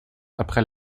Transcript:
après